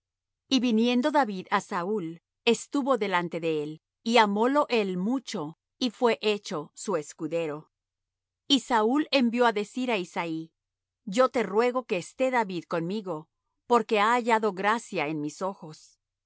y viniendo david á saúl estuvo delante de él y amólo él mucho y fué hecho su escudero y saúl envió á decir á isaí yo te ruego que esté david conmigo porque ha hallado gracia en mis ojos